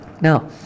Now